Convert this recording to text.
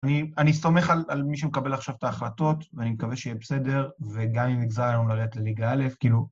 אני סומך על מי שמקבל עכשיו את ההחלטות, ואני מקווה שיהיה בסדר, וגם אם נגזר היום לרדת לליגה אלף, כאילו...